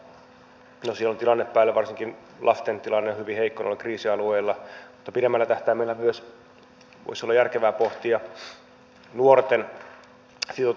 no siellä on tilanne päällä ja varsinkin lasten tilanne on hyvin heikko noilla kriisialueilla mutta pidemmällä tähtäimellä voisi myös olla järkevää pohtia nuorten sitoutumista näihin rauhanprosesseihin